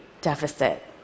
deficit